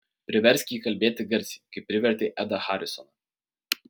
priversk jį kalbėti garsiai kaip privertei edą harisoną